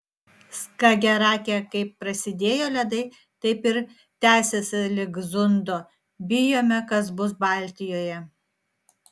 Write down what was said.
skagerake kaip prasidėjo ledai taip ir tęsiasi lig zundo bijome kas bus baltijoje